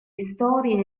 storie